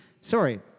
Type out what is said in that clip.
sorry